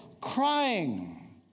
crying